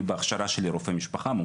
אותו.